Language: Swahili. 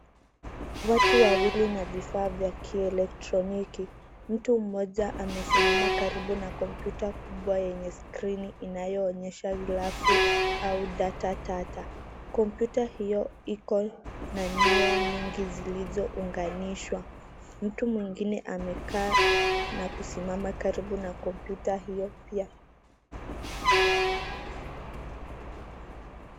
Watu wawili na vifaa vya kielektroniki. Mtu mmoja amesimama karibu na kompyuta kubwa yenye skrini inayoonyesha grafu au data tata. Kompyuta hiyo iko na nyaya nyingi zilizounganishwa. Mtu mwingine amekaa na kusimama karibu na kompyuta hiyo pia.